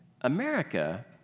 America